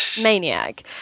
maniac